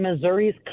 Missouri's